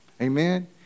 Amen